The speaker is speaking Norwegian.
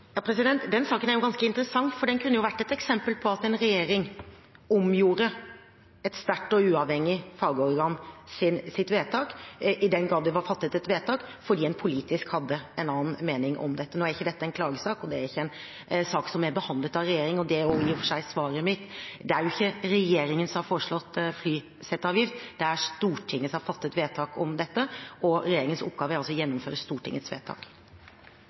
Den saken er jo ganske interessant, for den kunne vært et eksempel på at en regjering omgjorde et sterkt og uavhengig fagorgans vedtak – i den grad det var fattet et vedtak – fordi en politisk hadde en annen mening om dette. Nå er ikke dette en klagesak, og det er ikke en sak som er behandlet av regjering. Det er i og for seg svaret mitt. Det er ikke regjeringen som har foreslått flyseteavgift, det er Stortinget som har fattet vedtak om dette, og regjeringens oppgave er å gjennomføre Stortingets vedtak.